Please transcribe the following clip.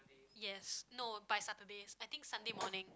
yes no by Saturday I think Sunday morning